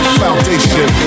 foundation